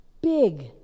big